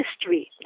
history